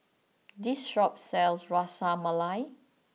this shop sells Ras Malai